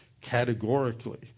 categorically